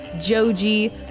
Joji